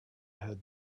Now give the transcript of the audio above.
had